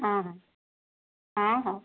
ଅଁ ହଁ ଅଁ ହଁ